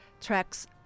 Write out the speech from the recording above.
tracks